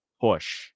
push